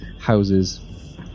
houses